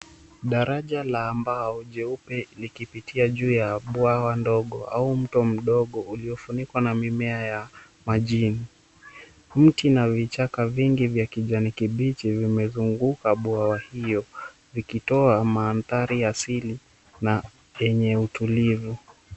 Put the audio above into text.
Daraja la mbao jeupe, likipitia juu ya bwawa ndogo au mto mdogo uliofunikwa na mimea ya majini. Mti na vichaka vingi vya kijani kibichi vimezunguka bwawa hiyo, vikitoa mandhari ya asili na yenye utulivu.